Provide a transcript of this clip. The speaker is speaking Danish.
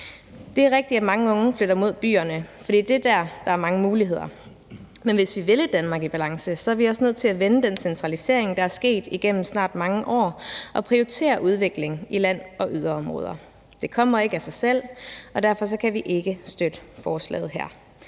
Det er rigtigt, at mange unge flytter mod byerne, fordi det er der, der er mange muligheder. Men hvis vi vil et Danmark i balance, er vi også nødt til at vende den centralisering, der er sket igennem snart mange år, og prioritere udvikling i land- og yderområder. Det kommer ikke af sig selv, og derfor kan vi ikke støtte forslaget her.